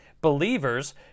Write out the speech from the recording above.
Believers